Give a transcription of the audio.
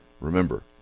remember